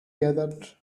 gathered